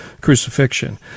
crucifixion